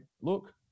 look